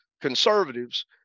conservatives